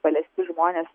paliesti žmonės